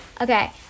okay